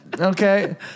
Okay